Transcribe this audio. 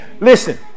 listen